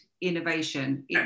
innovation